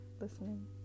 listening